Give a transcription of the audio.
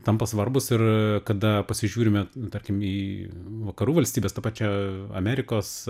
tampa svarbūs ir kada pasižiūrime tarkim į vakarų valstybes tą pačią amerikos